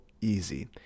easy